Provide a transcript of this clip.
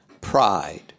pride